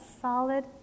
solid